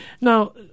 Now